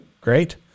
Great